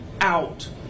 out